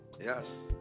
yes